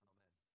Amen